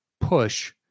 push